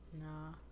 Nah